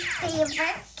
favorite